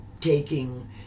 taking